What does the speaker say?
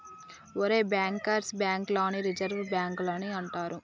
ఒరేయ్ bankers bank లని reserve బాంకులని అంటారు